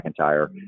McIntyre